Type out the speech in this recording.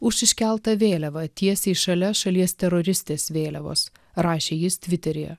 už iškeltą vėliavą tiesiai šalia šalies teroristės vėliavos rašė jis tviteryje